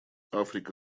африка